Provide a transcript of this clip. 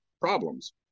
problems